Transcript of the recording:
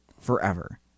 Forever